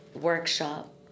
workshop